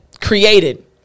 created